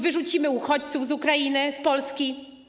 Wyrzucimy uchodźców z Ukrainy z Polski?